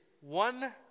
one